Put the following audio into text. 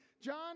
John